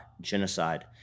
genocide